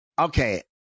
okay